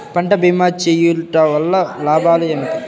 పంట భీమా చేయుటవల్ల లాభాలు ఏమిటి?